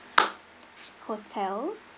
hotel